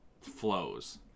flows